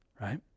right